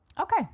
Okay